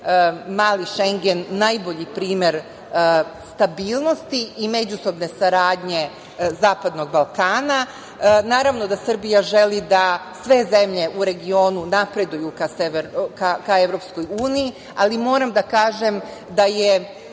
Mali Šengen najbolji primer stabilnosti i međusobne saradnje Zapadnog Balkana. Naravno da Srbija želi da sve zemlje u regionu napreduju ka EU, ali moram da kažem da